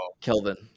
Kelvin